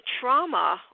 trauma